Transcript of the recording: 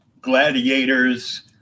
gladiators